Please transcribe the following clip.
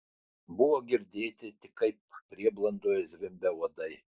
buvo girdėti tik kaip prieblandoje zvimbia uodai